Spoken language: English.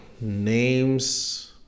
names